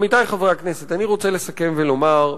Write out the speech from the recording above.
עמיתי חברי הכנסת, אני רוצה לסכם ולומר,